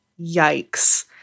yikes